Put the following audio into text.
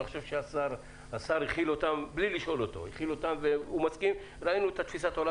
אני חושב שהשר הכיל אותן בלי לשאול אותו הכיל אותן והוא מסכים,